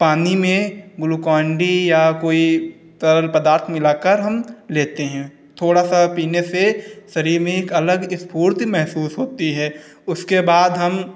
पानी में Glucon D या कोई तरल पदार्थ मिलाकर हम लेते हैं थोड़ा सा पीने से शरीर में एक अलग स्फूर्ति महसूस होती है उसके बाद हम